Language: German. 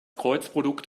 kreuzprodukt